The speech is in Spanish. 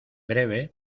breve